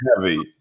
heavy